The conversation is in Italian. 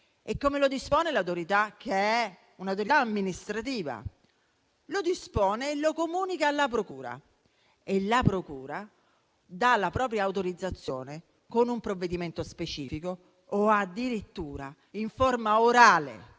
Come lo dispone l'autorità che è amministrativa? Lo dispone e lo comunica alla procura, la quale dà la propria autorizzazione con un provvedimento specifico o addirittura in forma orale.